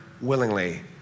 willingly